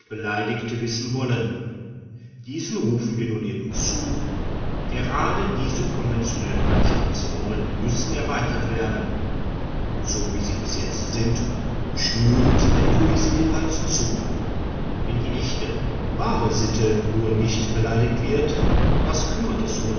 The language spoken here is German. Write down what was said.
beleidigt wissen wollen diesen rufen wir nun eben zu gerade diese konventionellen anstandsformen müssen erweitert werden so wie sie bis jetzt sind schnüren sie der poesie den hals zu wenn die echte wahre sitte nur nicht beleidigt wird was kümmert es